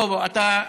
בוא, בוא, אתה,